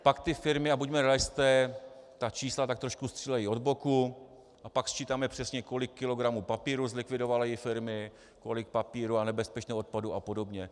Pak ty firmy a buďme realisté ta čísla tak trochu střílejí od boku, a pak sčítáme přesně, kolik kilogramů papíru zlikvidovaly firmy, kolik papíru, nebezpečného odpadu a podobně.